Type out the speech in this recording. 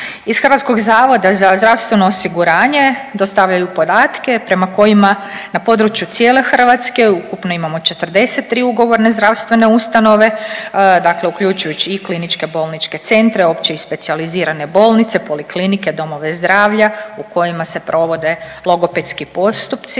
je kvota 30 brucoša. Iz HZZO dostavljaju podatke prema kojima na području cijele Hrvatske, ukupno imamo 43 ugovorne zdravstvene ustanove, dakle uključujući i KBC-ove, opće i specijalizirane bolnice, poliklinike i domove zdravlja u kojima se provode logopedski postupci